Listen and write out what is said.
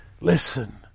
Listen